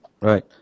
Right